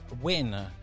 win